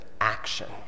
action